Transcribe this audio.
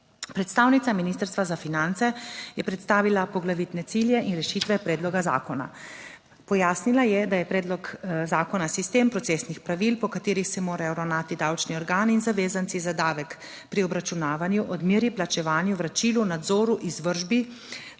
Predstavnica Ministrstva za finance je predstavila poglavitne cilje in rešitve predloga zakona. Pojasnila je, da je predlog zakona sistem procesnih pravil, po katerih se morajo ravnati davčni organi in zavezanci za davek pri obračunavanju, odmeri, plačevanju, vračilu, nadzoru, izvršbi